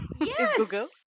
Yes